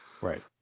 right